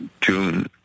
June